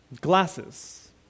glasses